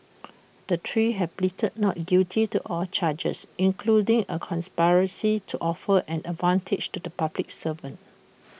the three have pleaded not guilty to all charges including A conspiracy to offer an advantage to the public servant